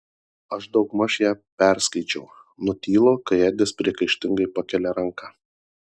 aš daugmaž ją perskaičiau nutylu kai edis priekaištingai pakelia ranką